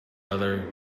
other